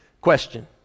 Question